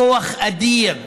כוח אדיר שבא,